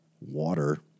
water